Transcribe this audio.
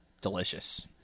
delicious